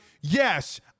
Yes